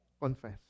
confess